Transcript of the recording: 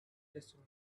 destiny